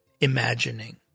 imagining